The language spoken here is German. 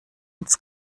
ins